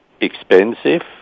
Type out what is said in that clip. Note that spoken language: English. expensive